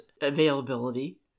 availability